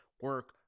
Work